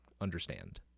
understand